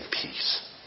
peace